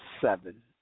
seven